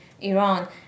Iran